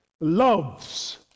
loves